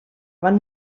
van